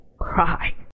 cry